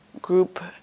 group